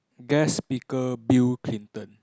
guest speaker Bill Clinton